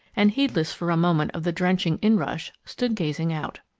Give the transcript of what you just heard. and, heedless for a moment of the drenching inrush, stood gazing out.